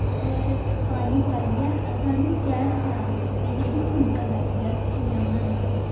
होर पानी पाइयै सानू गैस लानी पौंदी जेह्ड़ी सिंपल मैगी ऐ अस कि'यां बनाने होन्ने